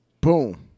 Boom